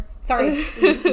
Sorry